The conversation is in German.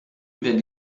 werden